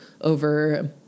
over